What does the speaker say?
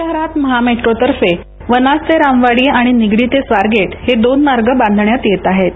पुणे शहरात महा मेट्रोतर्फे वनाज ते रामवाडी आणि निगडी ते स्वा रगेट हे दोन महामार्ग बांधण्यायत येत आहेत